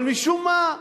אבל משום מה,